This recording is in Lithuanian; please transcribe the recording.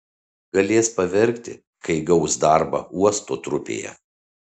galės paverkti kai gaus darbą uosto trupėje